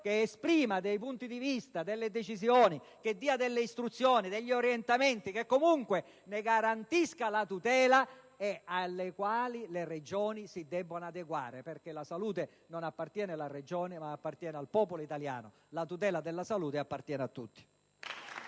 che esprima punti di vista e decisioni e dia istruzioni e orientamenti, che garantiscano la tutela della salute e ai quali le Regioni si devono adeguare, perché la salute non appartiene alla Regione, ma appartiene al popolo italiano e la tutela della salute appartiene a tutti.